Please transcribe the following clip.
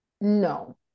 No